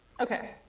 Okay